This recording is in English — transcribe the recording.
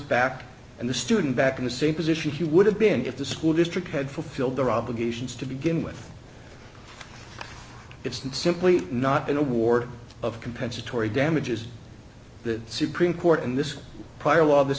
back and the student back in the same position he would have been if the school district had fulfilled their obligations to begin with it's not simply not an award of compensatory damages the supreme court in this trial of this